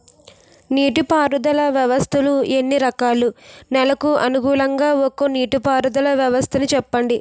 నీటి పారుదల వ్యవస్థలు ఎన్ని రకాలు? నెలకు అనుగుణంగా ఒక్కో నీటిపారుదల వ్వస్థ నీ చెప్పండి?